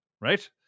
Right